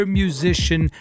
musician